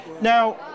Now